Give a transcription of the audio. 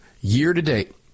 Year-to-date